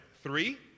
Three